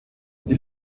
die